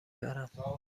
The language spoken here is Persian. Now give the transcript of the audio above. برم